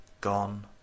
Gone